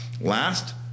Last